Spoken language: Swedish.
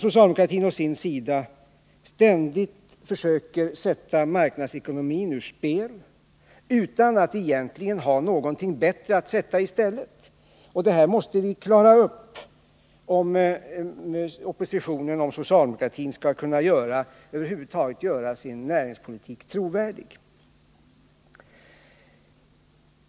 Socialdemokratin å sin sida försöker ständigt sätta marknadsekonomin ur spel utan att egentligen ha någonting bättre att komma med. Det här måste vi klara upp, om den socialdemokratiska oppositionen över huvud taget skall kunna göra sin näringspolitik trovärdig.